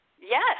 Yes